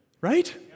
Right